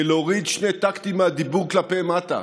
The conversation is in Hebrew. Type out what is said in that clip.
בלהוריד שני טקטים מהדיבור כלפי מטה.